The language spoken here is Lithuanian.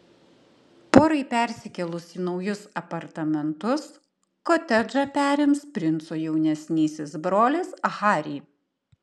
porai persikėlus į naujus apartamentus kotedžą perims princo jaunesnysis brolis harry